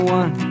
one